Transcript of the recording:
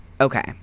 Okay